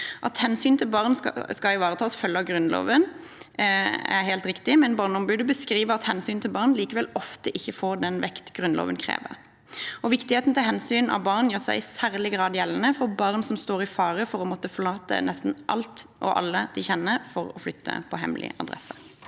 At hensynet til at barn skal ivaretas følger av Grunnloven, er helt riktig, men Barneombudet beskriver at hensynet til barn likevel ofte ikke får den vekt Grunnloven krever. Viktigheten av hensynet til barn gjør seg i særlig grad gjeldende for barn som står i fare for å måtte forlate nesten alt og alle de kjenner, for å flytte på hemmelig adresse.